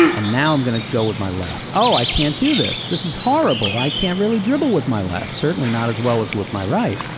and now i'm going to go with my left, oh i can't do this. this is horrible, i can't dribble with my left, certainly not as well as with my right.